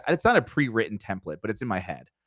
and it's not a prewritten template, but it's in my head,